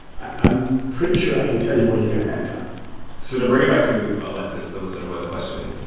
i'm pretty sure i can tell you where you're going to end up so to bring it back to alexis, the listener who had the question,